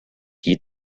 qui